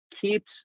keeps